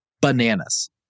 bananas